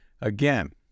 again